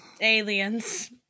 Aliens